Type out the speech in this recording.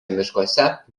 miškuose